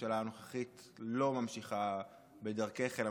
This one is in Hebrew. הממשלה הנוכחית לא ממשיכה בדרכך אלא